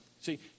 See